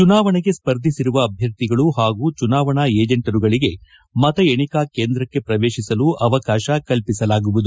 ಚುನಾವಣೆಗೆ ಸ್ಪರ್ಧಿಸಿರುವ ಅಭ್ವರ್ಥಿಗಳು ಪಾಗೂ ಚುನಾವಣಾ ವಿಜೆಂಟರುಗಳಿಗೆ ಮತ ಎಣಿಕಾ ಕೇಂದ್ರಕ್ಕೆ ಪ್ರವೇಶಿಸಲು ಅವಕಾಶ ಕಲ್ಲಿಸಲಾಗುವುದು